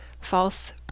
false